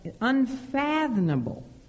unfathomable